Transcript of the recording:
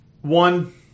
one